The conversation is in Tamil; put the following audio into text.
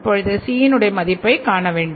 இப்பொழுது C டைய மதிப்பை காண வேண்டும்